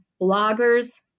bloggers